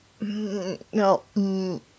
no